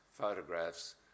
photographs